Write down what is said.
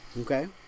Okay